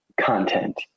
content